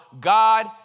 God